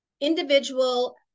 individual